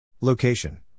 Location